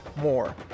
more